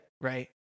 Right